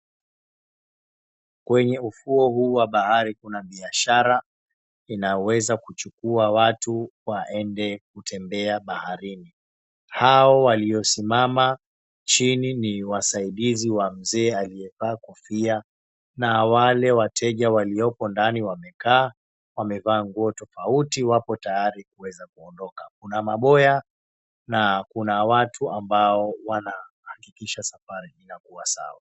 Kwenye ufuo huu wa bahari kuna biashara inayoweza kuchukua watu waende kutembea baharini. Hao waliosimama chini ni wasaidizi wa mzee aliyevaa kofia na wale wateja waliopo ndani wamekaa wamevaa nguo tofauti wapo tayari kuweza kuondoka. Kuna maboya na kuna watu ambao wanahakikisha safari inakuwa sawa.